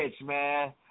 man